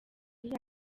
yari